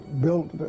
built